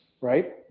Right